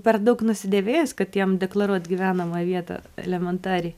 per daug nusidėvėjęs kad jam deklaruot gyvenamą vietą elementariai